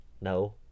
No